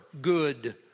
good